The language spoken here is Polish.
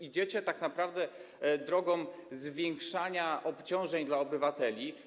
Idziecie tak naprawdę drogą zwiększania obciążeń dla obywateli.